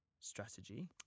Strategy